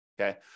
okay